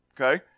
Okay